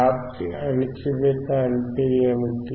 వ్యాప్తి అణచివేత అంటే ఏమిటి